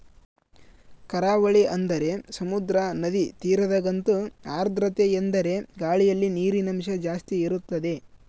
ಕರಾವಳಿ ಅಂದರೆ ಸಮುದ್ರ, ನದಿ ತೀರದಗಂತೂ ಆರ್ದ್ರತೆಯೆಂದರೆ ಗಾಳಿಯಲ್ಲಿ ನೀರಿನಂಶ ಜಾಸ್ತಿ ಇರುತ್ತದೆ